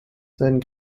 sein